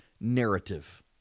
narrative